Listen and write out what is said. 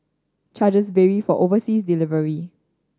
charges vary for overseas delivery